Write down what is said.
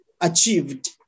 achieved